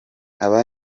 aba